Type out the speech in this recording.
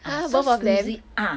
!huh! both of them